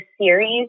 series